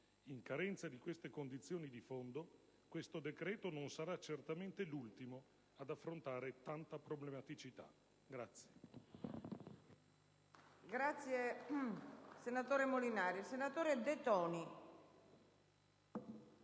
In carenza di queste condizioni di fondo, questo decreto non sarà certamente l'ultimo ad affrontare tanta problematicità.